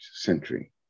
century